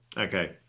Okay